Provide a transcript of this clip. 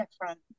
different